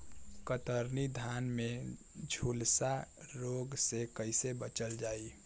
कतरनी धान में झुलसा रोग से कइसे बचल जाई?